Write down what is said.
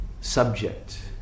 subject